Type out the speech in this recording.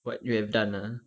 what you have done lah ha